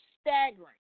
staggering